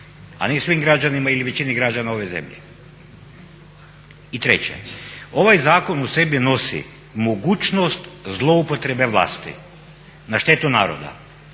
a ne svim građanima ili većini građana ove zemlje. I treće, ovaj zakon u sebi nosi mogućnost zloupotrebe vlasti na štetu naroda.